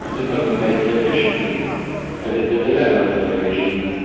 this doesn't make for efficiency but it's a dilemma for the regime.